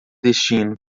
destino